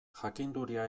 jakinduria